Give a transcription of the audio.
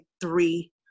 three